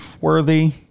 worthy